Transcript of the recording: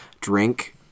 Drink